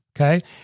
Okay